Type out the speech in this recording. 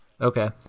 Okay